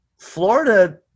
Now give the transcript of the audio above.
Florida